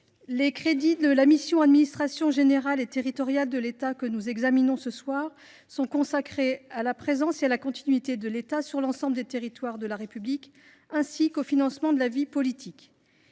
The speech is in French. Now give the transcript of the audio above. les crédits de la mission « Administration générale et territoriale de l’État » sont consacrés à la présence et à la continuité de l’État sur l’ensemble des territoires de la République, ainsi qu’au financement de la vie politique.